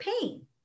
pain